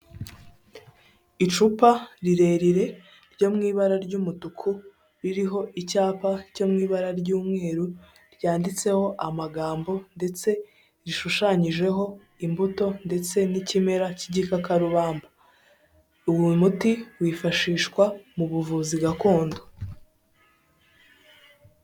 Icupa rirerire ryo mu ibara ry'umutuku, ririho icyapa cyo mu ibara ry'umweru, ryanditseho amagambo ndetse rishushanyijeho imbuto ndetse n'ikimera k'igikakarubamba, uwo muti wifashishwa mu buvuzi gakondo.